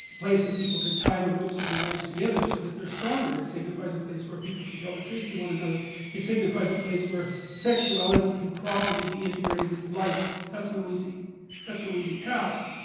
place that could tie the ropes of their lives together so that they're stronger it signifies a, place where people can tell the truth to one another it signifies a place where sexuality can properly be integrated into life that's, no easy that's an easy task,